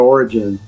Origin